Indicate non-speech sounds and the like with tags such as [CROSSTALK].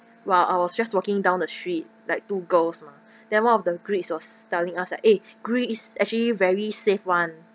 while I was just walking down the street like two girls mah [BREATH] then one of the greeks was telling us like eh greece is actually very safe [one]